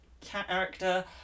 character